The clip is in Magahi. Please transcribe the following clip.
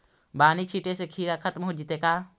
बानि छिटे से किड़ा खत्म हो जितै का?